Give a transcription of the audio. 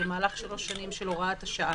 במהלך שלוש השנים של הוראת השעה.